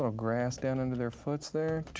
ah grass down under their foots there.